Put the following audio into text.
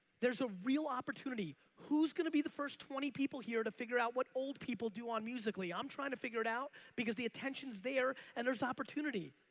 there's a real opportunity. who's gonna be the first twenty people here to figure out what old people do on musical ly? i'm trying to figure it out because the attention's there and there's opportunity.